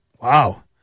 Wow